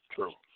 True